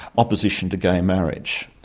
opposition to gay marriage,